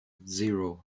zero